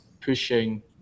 pushing